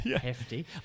hefty